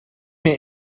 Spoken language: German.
mir